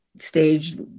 Stage